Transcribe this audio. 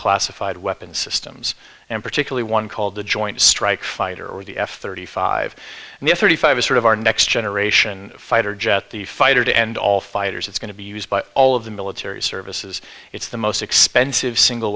classified weapons systems and particularly one called the joint strike fighter or the f thirty five and the f thirty five as sort of our next generation fighter jet the fighter to end all fighters it's going to be used by all of the military services it's the most expensive single